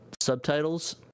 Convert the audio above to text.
subtitles